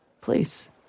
Please